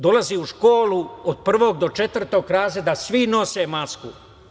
Dolazi u školu od prvog do četvrtog razreda, svi nose masku.